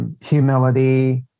humility